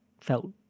felt